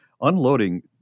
unloading